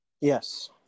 yes